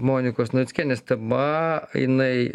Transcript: monikos navickienės tema jinai